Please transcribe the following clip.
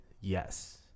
yes